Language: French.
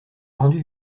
rendu